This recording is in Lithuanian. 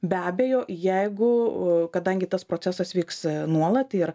be abejo jeigu kadangi tas procesas vyks nuolat ir